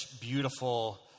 beautiful